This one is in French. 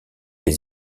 les